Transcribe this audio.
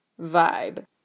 vibe